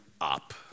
up